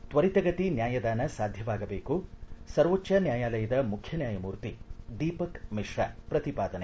ತ್ವರಿತಗತಿ ನ್ಯಾಯದಾನ ಸಾಧ್ಯವಾಗಬೇಕು ಸರ್ವೋಚ್ಚ ನ್ಯಾಯಾಲಯದ ಮುಖ್ಯ ನ್ಯಾಯಮೂರ್ತಿ ದೀಪಕ್ ಮಿಶ್ರಾ ಪ್ರತಿಪಾದನೆ